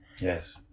Yes